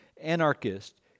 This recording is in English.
anarchist